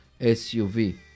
SUV